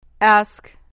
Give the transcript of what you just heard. Ask